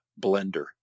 blender